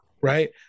right